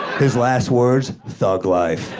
his last words thug life.